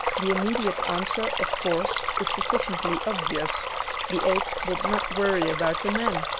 the immediate answer, of course, is sufficiently obvious the ape did not worry about the man,